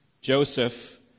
Joseph